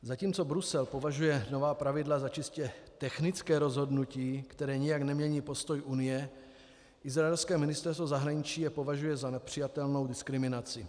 Zatímco Brusel považuje nová pravidla za čistě technické rozhodnutí, které nijak nemění postoj Unie, izraelské ministerstvo zahraničí je považuje za nepřijatelnou diskriminaci.